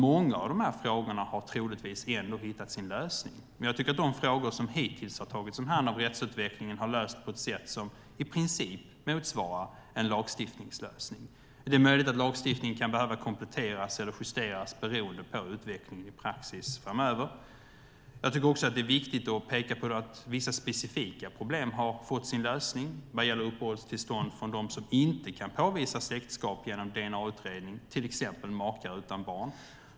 Många av frågorna har troligtvis ändå hittat sin lösning, men jag tycker att de frågor som hittills har tagits om hand av rättsutvecklingen har lösts på ett sätt som i princip motsvarar en lagstiftningslösning. Det är möjligt att lagstiftningen kan behöva kompletteras eller justeras beroende på utvecklingen i praxis framöver. Jag tycker också att det är viktigt att peka på att vissa specifika problem har fått sin lösning vad gäller uppehållstillstånd från dem som inte kan påvisa släktskap genom dna-utredning, till exempel makar utan barn.